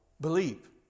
believe